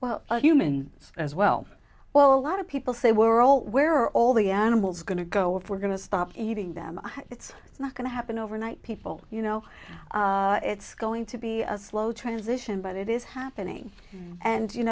well humans as well well a lot of people say we're all where are all the animals going to go if we're going to stop eating them it's not going to happen overnight people you know it's going to be a slow transition but it is happening and you